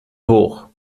hoch